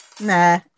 Nah